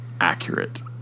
accurate